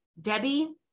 Debbie